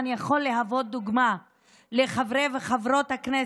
יכול להוות דוגמה לחברי וחברות הכנסת,